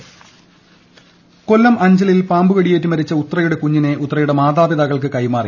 ഉത്ര കൊലപാതകം കൊല്ലം അഞ്ചലിൽ പാമ്പുകടിയേറ്റ് മരിച്ച ഉത്രയുടെ കുഞ്ഞിനെ ഉത്രയുടെ മാതാപിതാക്കൾക്ക് കൈമാറി